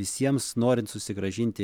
visiems norint susigrąžinti